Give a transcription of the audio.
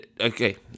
okay